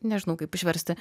nežinau kaip išversti